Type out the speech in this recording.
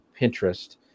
Pinterest